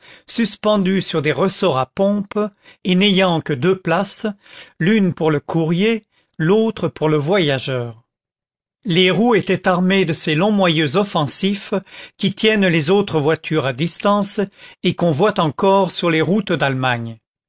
suspendus sur des ressorts à pompe et n'ayant que deux places l'une pour le courrier l'autre pour le voyageur les roues étaient armées de ces longs moyeux offensifs qui tiennent les autres voitures à distance et qu'on voit encore sur les routes d'allemagne